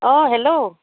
অঁ হেল্ল'